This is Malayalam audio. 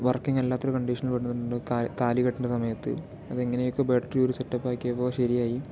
വർക്കിങ് അല്ലാത്ത ഒരു കണ്ടീഷനുണ്ടായി പെട്ടിട്ടുണ്ട് താലി കെട്ടണ സമയത്ത് അതെങ്ങനെക്കെയോ ബാറ്ററി ഊരി സെറ്റപ്പാക്കിയപ്പോൾ ശരിയായി